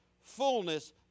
fullness